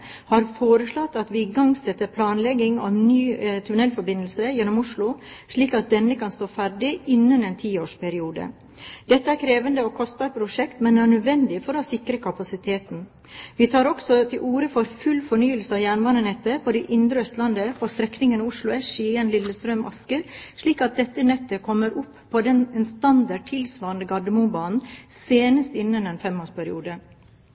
har foreslått at vi igangsetter planlegging av ny tunnelforbindelse gjennom Oslo, slik at denne kan stå ferdig innen en tiårsperiode. Dette er et krevende og kostbart prosjekt, men er nødvendig for å sikre kapasiteten. Vi tar også til orde for full fornyelse av jernbanenettet på det indre Østlandet, på strekningen Oslo S–Skien – Lillestrøm–Asker, slik at dette nettet kommer opp på en standard tilsvarende Gardermobanen senest innen en femårsperiode.